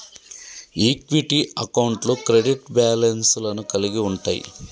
equity అకౌంట్లు credit balance లను కలిగి ఉంటయ్